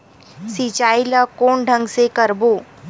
सिंचाई ल कोन ढंग से करबो?